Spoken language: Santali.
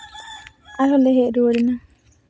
ᱟᱨᱦᱚᱸ ᱞᱮ ᱦᱮᱡ ᱨᱩᱣᱟᱹᱲ ᱮᱱᱟ